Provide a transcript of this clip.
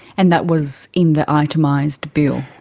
and that was in the itemised bill?